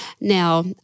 Now